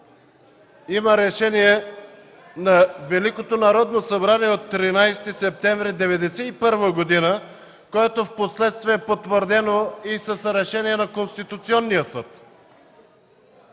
има решение на Великото Народно събрание от 13 септември 1991 г., което впоследствие е потвърдено и с решение на Конституционния съд.